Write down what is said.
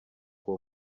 uwo